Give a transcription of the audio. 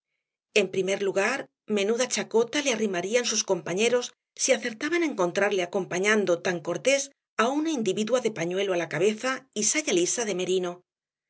en primer lugar menuda chacota le arrimarían sus compañeros si acertaban á encontrarle acompañando tan cortés á una individua de pañuelo á la cabeza y saya lisa de merino